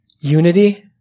Unity